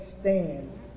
stand